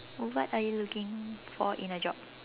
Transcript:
what are you looking for in a job